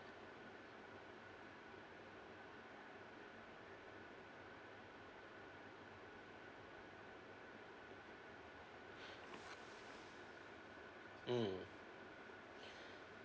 mm